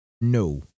No